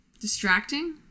Distracting